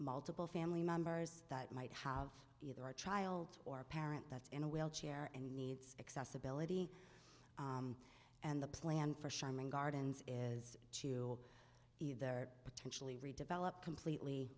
multiple family members that might have either a child or parent that's in a wheelchair and needs accessibility and the plan for sharing gardens is to either potentially redevelop completely